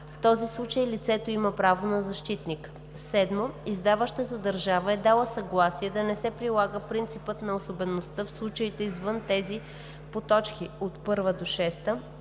в този случай лицето има право на защитник; 7. издаващата държава е дала съгласие да не се прилага принципът на особеността в случаите извън тези по т. 1 –